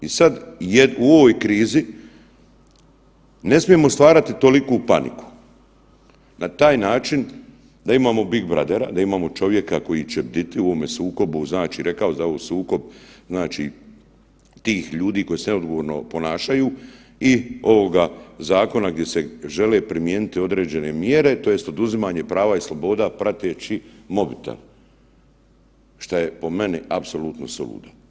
I sad u ovoj krizi ne smijemo stvarati toliku paniku na taj način da imamo Big Brothera, da imamo čovjeka koji će bdjeti u ovome sukobu, znači rekao je da je ovo sukob znači tih ljudi koji se neodgovorno ponašaju i ovoga zakona gdje se žele primijeniti određene mjere, tj. oduzimanje prava i sloboda prateći mobitel, što je po meni apsolutno suludo.